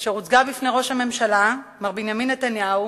אשר הוצגה בפני ראש הממשלה מר בנימין נתניהו